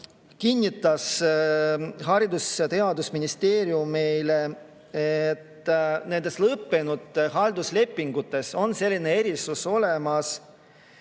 kinnitas Haridus- ja Teadusministeerium meile, et lõppenud halduslepingutes on selline erisus olemas,